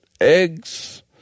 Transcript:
eggs